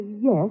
Yes